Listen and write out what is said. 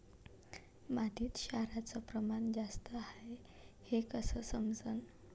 मातीत क्षाराचं प्रमान जास्त हाये हे कस समजन?